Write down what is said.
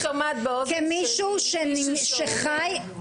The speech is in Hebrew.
כשאני שומעת באוזן שלי שמישהו אומר ---.